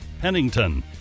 Pennington